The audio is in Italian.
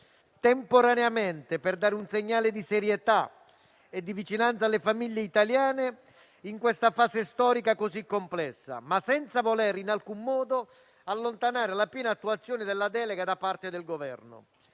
emendamenti - per dare un segnale di serietà e di vicinanza alle famiglie italiane in questa fase storica così complessa, ma senza voler in alcun modo allontanare la piena attuazione della delega da parte del Governo.